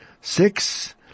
six